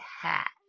hat